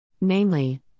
Namely